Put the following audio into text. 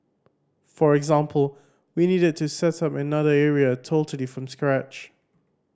for example we needed to set up at another area totally from scratch